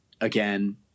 Again